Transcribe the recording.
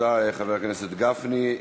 תודה לחבר הכנסת גפני.